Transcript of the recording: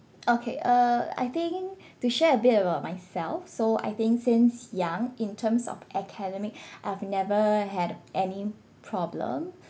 okay uh I think to share a bit about myself so I think since young in terms of academic I've never had any problem